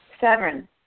Seven